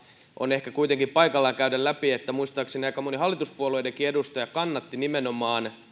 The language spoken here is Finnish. on ehkä kuitenkin paikallaan käydä läpi että muistaakseni aika moni hallituspuolueidenkin edustaja kannatti nimenomaan